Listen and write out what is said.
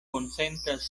konsentas